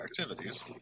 activities